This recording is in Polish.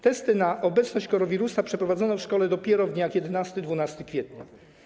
Testy na obecność koronawirusa przeprowadzono w szkole dopiero w dniach 11 i 12 kwietnia.